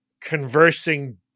conversing